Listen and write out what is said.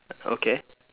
okay